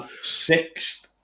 sixth